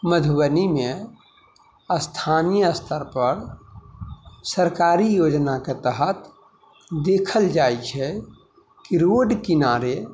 मधुबनीमे स्थानीय स्तरपर सरकारी योजनाके तहत देखल जाइ छै की रोड किनारे